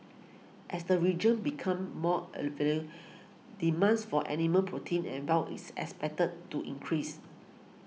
as the region becomes more demands for animal protein and wow is expected to increase